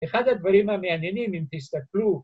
‫אחד הדברים המעניינים, אם תסתכלו...